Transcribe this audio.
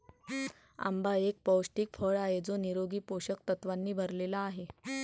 आंबा एक पौष्टिक फळ आहे जो निरोगी पोषक तत्वांनी भरलेला आहे